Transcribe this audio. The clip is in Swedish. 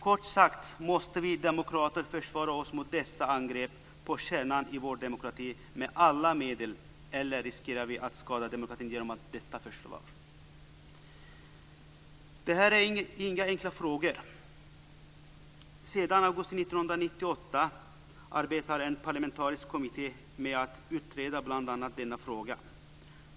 Kort sagt: Måste vi demokrater försvara oss mot dessa angrepp på kärnan i vår demokrati med alla medel eller riskerar vi att skada demokratin genom detta försvar? Det här är inga enkla frågor. Sedan augusti 1998 arbetar en parlamentarisk kommitté med att utreda bl.a. denna fråga.